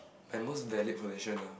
my most valued possession ah